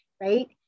right